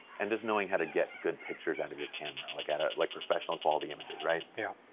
and just knowing how to get good pictures out of your camera like at, ah like professional quality images, right yeah,